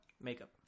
Makeup